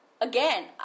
again